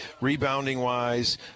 rebounding-wise